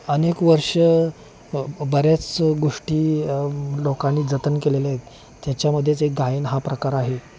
अनेक वर्ष बऱ्याच गोष्टी लोकांनी जतन केलेल्या आहेत त्याच्यामध्येच एक गायन हा प्रकार आहे